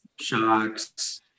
shocks